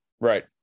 Right